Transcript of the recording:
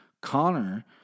Connor